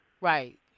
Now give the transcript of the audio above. Right